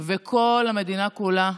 וכל המדינה כולה,